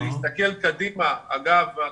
אגב,